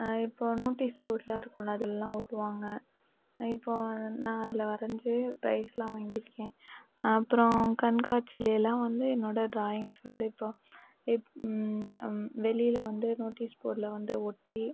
இப்போ நோட்டீஸ் போர்ட்லாம் இருக்கும்ல அதிலலாம் ஒட்டுவாங்க இப்போது நான் அதில் வரைஞ்சி ப்ரைஸ்லாம் வாங்கிருக்கேன் அப்புறம் கண்காட்சியிலேலாம் வந்து என்னோட ட்ராயிங்ஸ் வந்து இப்போது வெளியில் வந்து நோட்டீஸ் போர்டில் வந்து ஒட்டி